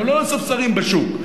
אנחנו לא ספסרים בשוק.